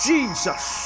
Jesus